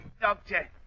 doctor